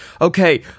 okay